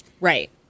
Right